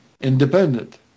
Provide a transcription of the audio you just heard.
independent